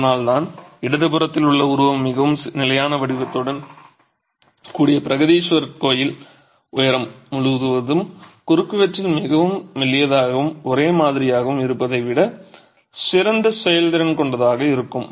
அதனால்தான் இடதுபுறத்தில் உள்ள உருவம் மிகவும் நிலையான வடிவத்துடன் கூடிய பிரகதீஸ்வரர் கோயில் உயரம் முழுவதும் குறுக்குவெட்டில் மிகவும் மெல்லியதாகவும் ஒரே மாதிரியாகவும் இருப்பதை விட சிறந்த செயல்திறன் கொண்டதாக இருக்கும்